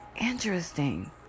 interesting